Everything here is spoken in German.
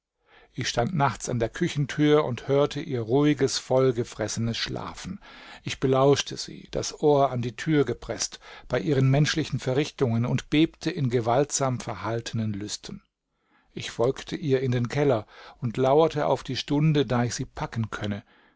ich stand nachts an der küchentür und hörte ihr ruhiges vollgefressenes schlafen ich belauschte sie das ohr an die tür gepreßt bei ihren menschlichen verrichtungen und bebte in gewaltsam verhaltenen lüsten ich folgte ihr in den keller und lauerte auf die stunde da ich sie packen könne